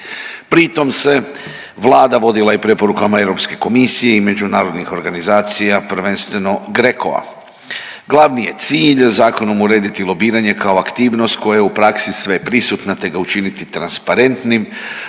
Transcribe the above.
pri tom se Vlada vodila i preporukama Europske komisije i međunarodnih organizacija, prvenstveno GRECO-a. glavni je cilj zakonom urediti lobiranje kao aktivnost koja je u praksi sveprisutna te ga učiniti transparentnim.